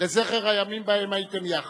לזכר הימים שבהם הייתם יחד.